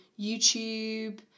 YouTube